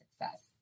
success